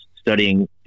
studying